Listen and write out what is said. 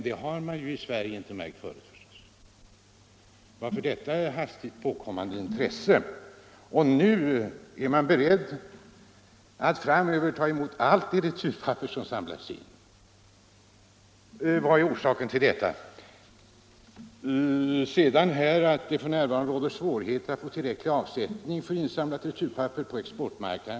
Det har man ju inte märkt förut i Sverige. Varför nu detta hastigt påkommande intresse? Nu är man beredd att framöver ta emot allt returpapper som samlas in. Vad är orsaken till detta? Det står vidare i svaret att det f. n. råder svårigheter att få tillräcklig avsättning för insamlat returpapper på exportmarknaden.